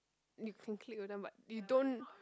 you can click with them but you don't